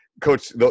Coach